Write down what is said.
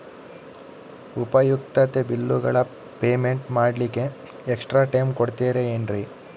ಉಪಯುಕ್ತತೆ ಬಿಲ್ಲುಗಳ ಪೇಮೆಂಟ್ ಮಾಡ್ಲಿಕ್ಕೆ ಎಕ್ಸ್ಟ್ರಾ ಟೈಮ್ ಕೊಡ್ತೇರಾ ಏನ್ರಿ?